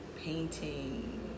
painting